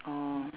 orh